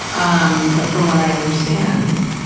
um, but from what i understand,